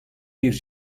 bir